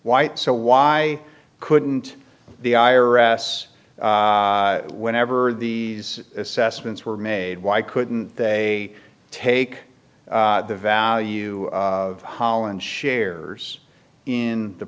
white so why couldn't the i r s whenever the assessments were made why couldn't they take the value of holland shares in the